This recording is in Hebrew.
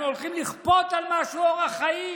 אנחנו הולכים לכפות על מה שהוא אורח חיים?